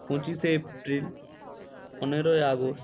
পঁচিশে এপ্রিল পনেরোই আগস্ট